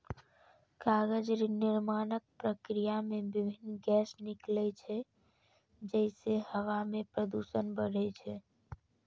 कागज निर्माणक प्रक्रिया मे विभिन्न गैस निकलै छै, जइसे हवा मे प्रदूषण बढ़ै छै